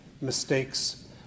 mistakes